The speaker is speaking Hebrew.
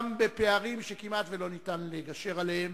גם בפערים שכמעט לא ניתן לגשר עליהם